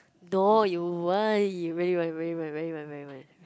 no you won't you really won't really won't really won't really won't really won't